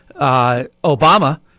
Obama